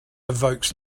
evokes